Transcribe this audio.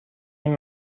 این